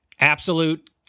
absolute